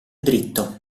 dritto